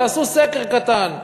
תעשו סקר קטן,